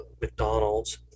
McDonald's